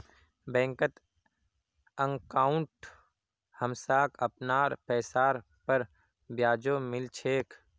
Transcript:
बैंकत अंकाउट हमसाक अपनार पैसार पर ब्याजो मिल छेक